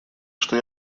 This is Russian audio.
что